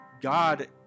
God